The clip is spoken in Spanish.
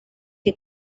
que